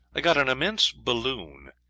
i got an immense balloon,